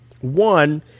one